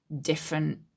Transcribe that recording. different